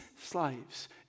slaves